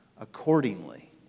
accordingly